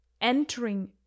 entering